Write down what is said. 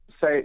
say